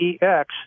EX